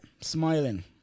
smiling